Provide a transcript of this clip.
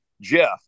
Jeff